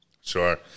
Sure